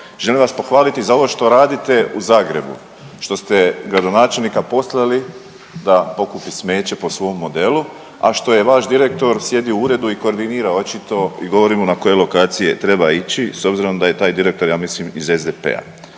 želim vas pohvaliti za ovo što radite u Zagrebu, što ste gradonačelnika poslali da pokupi smeće po svom modelu, a što je vaš direktor sjedio u uredu i koordinirao očiti i govori mu na koje lokacije treba ići s obzirom da je taj direktor ja mislim iz SDP-a.